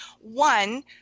One